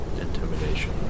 intimidation